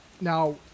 Now